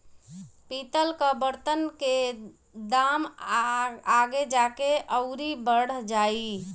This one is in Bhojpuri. पितल कअ बर्तन के दाम आगे जाके अउरी बढ़ जाई